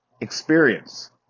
experience